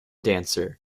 dancer